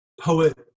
poet